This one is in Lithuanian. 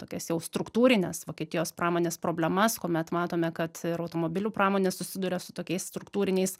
tokias jau struktūrines vokietijos pramonės problemas kuomet matome kad automobilių pramonė susiduria su tokiais struktūriniais